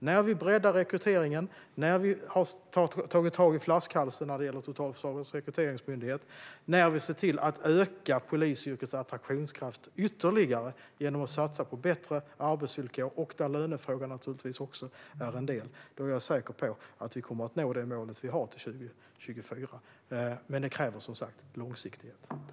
När vi breddar rekryteringen, tar tag i flaskhalsen när det gäller Totalförsvarets rekryteringsmyndighet och ser till att öka polisyrkets attraktionskraft ytterligare genom att satsa på bättre arbetsvillkor, där lönefrågan naturligtvis också är en del, är jag säker på att vi kommer att nå det mål vi har till 2024. Men det kräver som sagt långsiktighet.